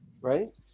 right